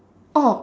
oh